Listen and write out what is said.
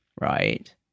right